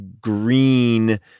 green